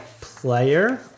player